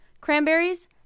cranberries